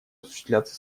осуществляться